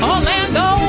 Orlando